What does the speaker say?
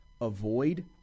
avoid